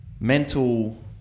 mental